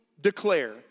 declare